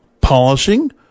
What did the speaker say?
polishing